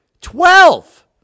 Twelve